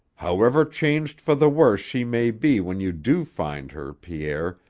however changed for the worse she may be when you do find her, pierre,